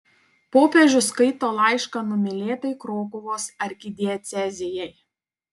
popiežius skaito laišką numylėtai krokuvos arkidiecezijai